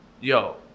yo